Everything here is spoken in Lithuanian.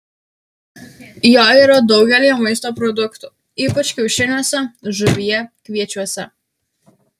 jo yra daugelyje maisto produktų ypač kiaušiniuose žuvyje kviečiuose